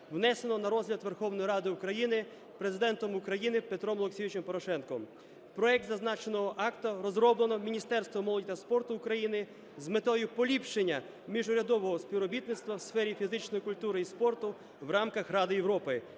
внесено на розгляд Верховної Ради України Президентом України Петром Олексійовичем Порошенком. Проект зазначеного акту розроблено Міністерством молоді та спорту України з метою поліпшення міжурядового співробітництва у сфері фізичної культури і спорту в рамках Ради Європи